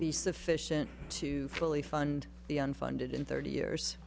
be sufficient to fully fund the unfunded in thirty years